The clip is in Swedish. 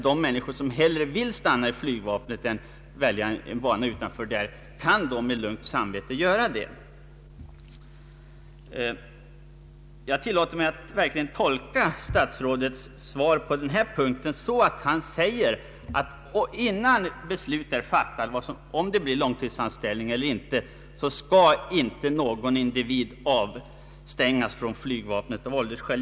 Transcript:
De som hellre vill stanna i flygvapnet än att välja en annan bana kan då lugnt göra det. Jag tillåter mig verkligen att tolka statsrådets svar på denna punkt så att inte någon individ, innan beslut är fattat om det skall bli långtidsanställning eller inte, skall avstängas från flygvapnet av åldersskäl.